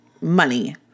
money